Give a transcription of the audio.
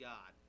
God